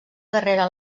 darrere